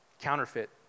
counterfeit